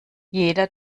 jeder